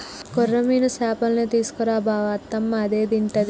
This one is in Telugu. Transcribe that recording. కొర్రమీను చేపల్నే తీసుకు రా బావ అత్తమ్మ అవే తింటది